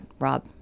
Rob